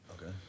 Okay